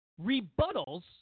rebuttals